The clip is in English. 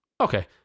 Okay